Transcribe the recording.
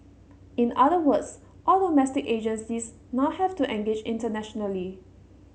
in other words all domestic agencies now have to engage internationally